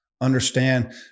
understand